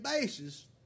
basis